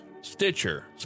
Stitcher